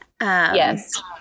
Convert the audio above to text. Yes